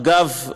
אגב,